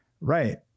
Right